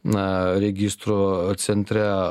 a registro centre